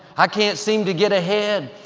i can't seem to get ahead.